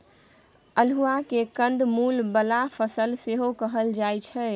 अल्हुआ केँ कंद मुल बला फसल सेहो कहल जाइ छै